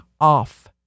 off